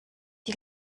die